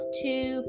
two